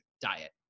diet